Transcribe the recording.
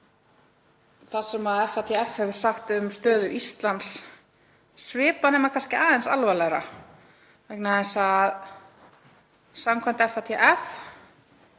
það sem FATF hefur sagt um stöðu Íslands, svipað nema kannski aðeins alvarlegra, vegna þess að samkvæmt FATF